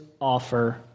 offer